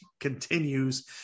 continues